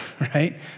right